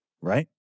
right